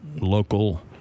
local